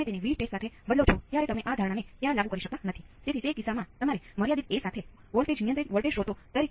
તેથી તમે આ કેપેસિટર્સ વોલ્ટેજ માં બદલાય છે